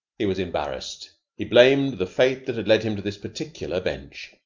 he was embarrassed. he blamed the fate that had led him to this particular bench,